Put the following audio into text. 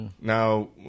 Now